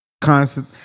constant